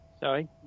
Sorry